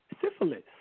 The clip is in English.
syphilis